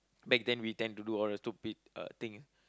back then we tend to do all the stupid uh thing